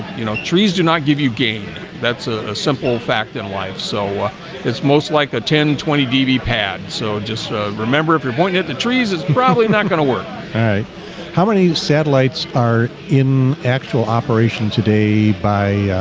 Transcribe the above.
you know trees. do not give you gain that's ah a simple fact in life, so it's most like a ten twenty db pad, so just remember if you're pointing at the trees it's probably not gonna work right how many satellites are in actual operation today by?